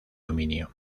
dominio